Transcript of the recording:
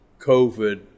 COVID